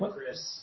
Chris